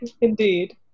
Indeed